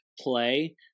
play